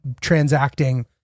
transacting